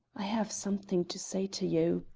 i have something to say to you,